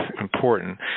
important